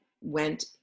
went